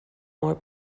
more